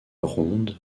ronde